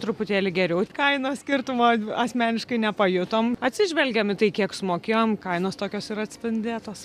truputėlį geriau kainos skirtumo asmeniškai nepajutome atsižvelgiame į tai kiek sumokėjome kainos tokios ir atspindėtos